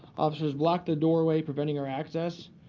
officers blocked the doorway preventing her access.